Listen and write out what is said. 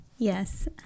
Yes